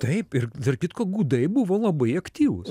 taip ir tarp kitko gudai buvo labai aktyvūs